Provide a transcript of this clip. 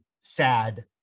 sad